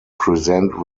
present